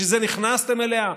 בשביל זה נכנסתם אליה?